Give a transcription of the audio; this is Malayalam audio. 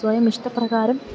സ്വയം ഇഷ്ടപ്രകാരം